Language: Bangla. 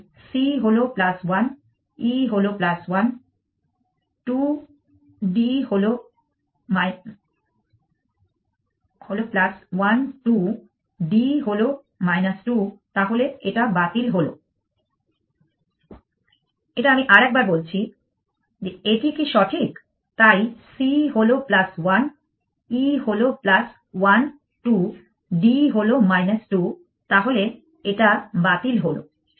তাই C হল 1 E হল 1 2 D হল 2 তাহলে এটা বাতিল হলো